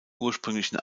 ursprünglichen